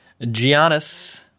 Giannis